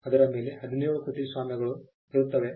ಅದರ ಮೇಲೆ ಹದಿನೇಳು ಕೃತಿಸ್ವಾಮ್ಯಗಳು ಇರುತ್ತವೆ